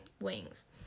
wings